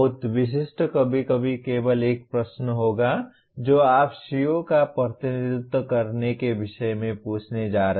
बहुत विशिष्ट कभी कभी केवल एक प्रश्न होगा जो आप CO का प्रतिनिधित्व करने के विषय में पूछने जा रहे